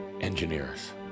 Engineers